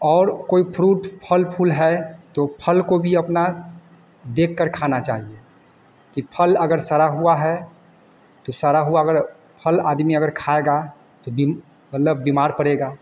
और कोई फ्रूट फल फूल है तो फल को भी अपना देखकर खाना चाहिए कि फल अगर सड़ा हुआ है तो सड़ा हुआ फल आदमी अगर खाएगा तो बिम मतलब बीमार पड़ेगा